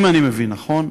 אם אני מבין נכון,